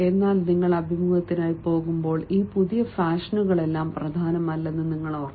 എന്നാൽ നിങ്ങൾ അഭിമുഖത്തിനായി പോകുമ്പോൾ ഈ പുതിയ ഫാഷനുകളെല്ലാം പ്രധാനമല്ലെന്ന് ഓർക്കുക